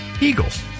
Eagles